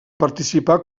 participar